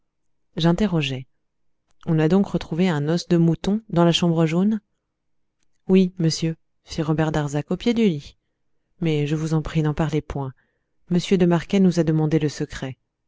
j'interrogeai on a donc trouvé un os de mouton dans la chambre jaune oui monsieur fit robert darzac au pied du lit mais je vous en prie n'en parlez point m de marquet nous a demandé le secret